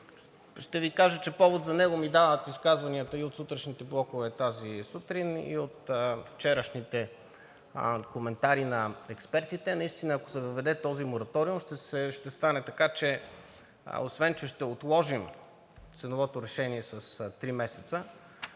ще Ви кажа, че поводът за него ми дават изказванията от сутрешните блокове тази сутрин и от вчерашните коментари на експертите. Наистина, ако се въведе този мораториум, ще стане така: освен че ще отложим ценовото решение с три месеца,